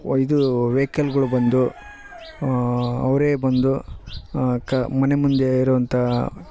ಓ ಇದು ವೆಯ್ಕಲ್ಗಳು ಬಂದು ಅವರೆ ಬಂದು ಕ ಮನೆ ಮುಂದೆ ಇರೋವಂಥ